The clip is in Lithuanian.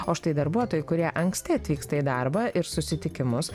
o štai darbuotojai kurie anksti atvyksta į darbą ir susitikimus